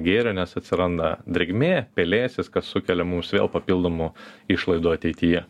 gėrio nes atsiranda drėgmė pelėsis kas sukelia mums vėl papildomų išlaidų ateityje